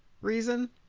reason